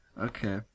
Okay